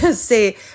say